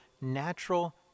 natural